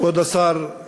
כבוד השר,